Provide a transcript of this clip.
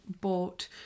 bought